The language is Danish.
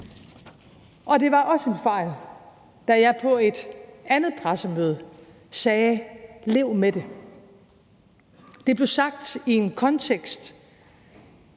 Det var også en fejl, da jeg på et andet pressemøde sagde: »Lev med det.« Det blev sagt i en kontekst